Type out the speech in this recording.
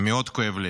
מאוד כואב לי,